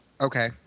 Okay